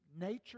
nature